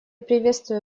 приветствую